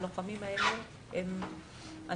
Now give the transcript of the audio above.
הלוחמים האלה הם אנחנו